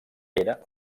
era